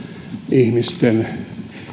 ihmisten